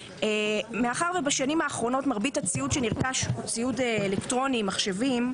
מאחר שבשנים האחרונות מרבית הציוד שנרכש הוא ציוד אלקטרוני מחשבים,